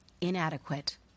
inadequate